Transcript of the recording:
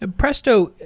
and presto,